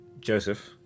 Joseph